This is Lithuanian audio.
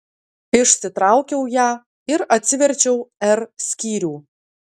išsitraukiau ją ir atsiverčiau r skyrių